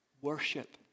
Worship